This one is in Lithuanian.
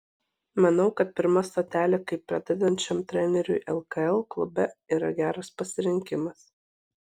manau kad pirma stotelė kaip pradedančiam treneriui lkl klube yra geras pasirinkimas